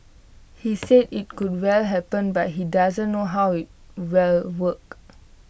he said IT could well happen but he doesn't know how IT will work